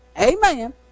Amen